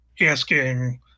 asking